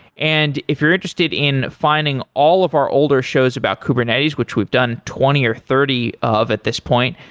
and if you're interested in finding all of our older shows about kubernetes, which we've done twenty or thirty of at this point,